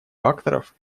факторов